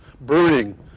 burning